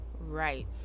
right